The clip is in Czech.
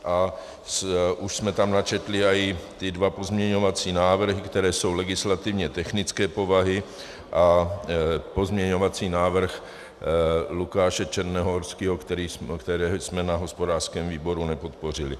A už jsme tam načetli i ty dva pozměňovací návrhy, které jsou legislativně technické povahy, a pozměňovací návrh Lukáše Černohorského, který jsme na hospodářském výboru nepodpořili.